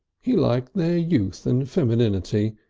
he liked their youth and femininity,